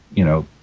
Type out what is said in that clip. you know,